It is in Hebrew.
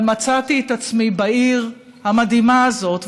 אבל מצאתי את עצמי בעיר המדהימה הזאת,